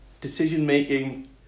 decision-making